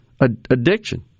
addiction